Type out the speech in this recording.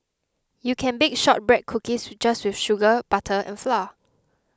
you can bake Shortbread Cookies just with sugar butter and flour